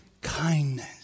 kindness